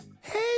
Hey